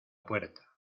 puerta